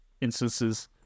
instances